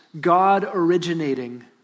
God-originating